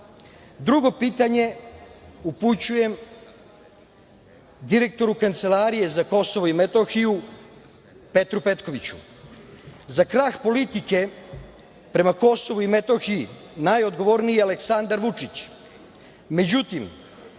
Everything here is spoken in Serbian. pismo? Drugo pitanje upućujem direktoru Kancelarije za Kosovo i Metohiju Petru Petkoviću. Za krah politike prema Kosovu i Metohiji najodgovorniji je Aleksandar Vučić.